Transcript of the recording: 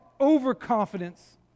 overconfidence